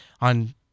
On